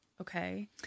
Okay